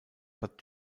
bad